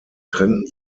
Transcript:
trennten